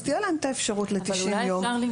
אז תהיה להם אפשרות ל-90 יום,